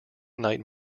night